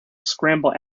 scramble